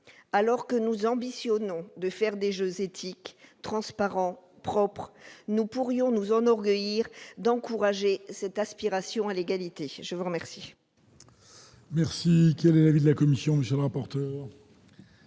alors que nous ambitionnons de faire des jeux éthique transparent propre, nous pourrions nous enorgueillir d'encourager cette aspiration à l'égalité, je vous remercie.